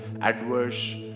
adverse